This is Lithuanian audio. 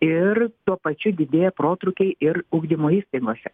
ir tuo pačiu didėja protrūkiai ir ugdymo įstaigose